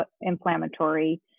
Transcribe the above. inflammatory